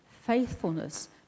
faithfulness